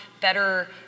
better